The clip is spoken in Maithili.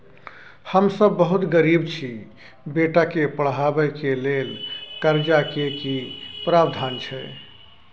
हम सब बहुत गरीब छी, बेटा के पढाबै के लेल कर्जा के की प्रावधान छै?